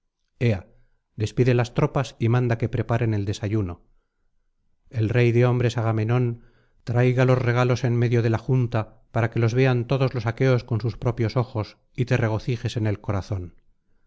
despide las tropas y manda que preparen el desf ayuno el rey de hombres agamenón tráigalos regalos en medio de la junta para que los vean todos los aqueos con sus propios ojos y te regocijes en el corazón